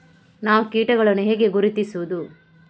ನಾವು ಕೀಟಗಳನ್ನು ಹೇಗೆ ಗುರುತಿಸುವುದು?